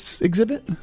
exhibit